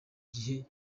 gihe